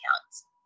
accounts